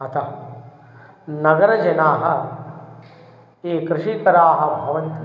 अतः नगरजनाः ये कृषीतराः भवन्ति